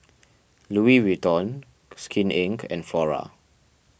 Louis Vuitton Skin Inc and Flora